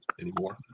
anymore